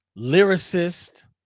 lyricist